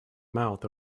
mouth